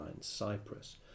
Cyprus